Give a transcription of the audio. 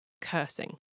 cursing